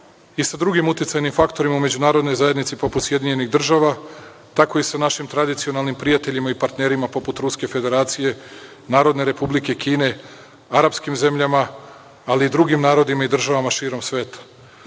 i sa drugim uticajnim faktorima u međunarodnoj zajednici poput SAD, tako i sa našim tradicionalnim prijateljima i partnerima poput Ruske Federacije, Narodne Republike Kine, arapskim zemljama, ali i drugim narodima i državama širom sveta.